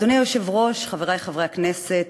אדוני היושב-ראש, חברי חברי הכנסת,